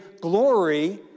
glory